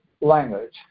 language